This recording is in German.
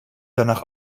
danach